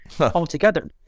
altogether